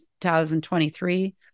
2023